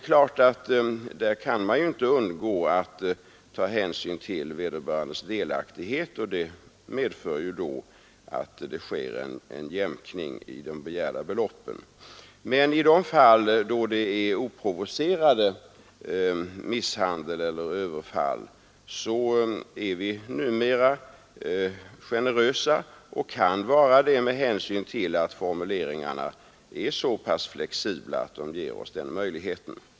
Självfallet kan man då inte underlåta att ta hänsyn till vederbörandes delaktighet, och det medför en jämkning i de begärda beloppen. Men i de fall då det är fråga om misshandel eller överfall utan provokation är vi numera generösa och kan vara det med hänsyn till att formuleringarna är så pass flexibla.